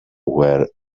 where